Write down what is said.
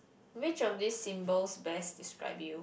which of these symbols best describe you